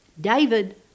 David